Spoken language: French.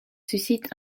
suscitent